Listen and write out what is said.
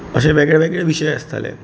अशे वेगळे वेगळे विशय आसताले